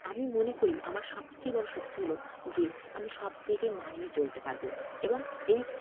আমি মনে করি আমার সবচেয়ে বড় শক্তি হল যে আমি সব জায়গায় মানিয়ে চলতে পারবো এবং এই